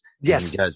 Yes